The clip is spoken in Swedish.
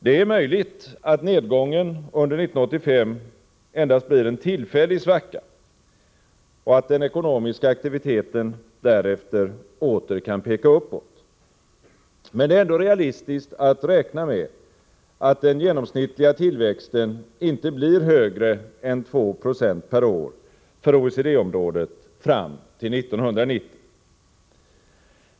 Det är möjligt att nedgången under 1985 endast blir en tillfällig svacka och att den ekonomiska aktiviteten därefter åter kan peka uppåt. Men det är ändå realistiskt att räkna med att den genomsnittliga tillväxten inte blir högre än 2760 per år för OECD-området fram till 1990.